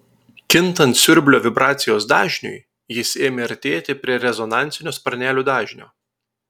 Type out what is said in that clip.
kintant siurblio vibracijos dažniui jis ėmė artėti prie rezonansinio sparnelių dažnio